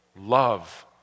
Love